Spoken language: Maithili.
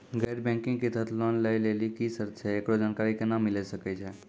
गैर बैंकिंग के तहत लोन लए लेली की सर्त छै, एकरो जानकारी केना मिले सकय छै?